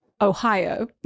Ohio